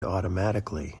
automatically